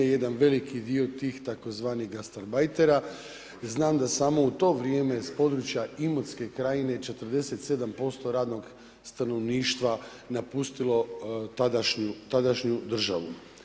Jedan veliki dio tih tzv. gastarbajtera znam da samo u to vrijeme s područja Imotske krajine 47% radnog stanovništva napustilo tadašnju državu.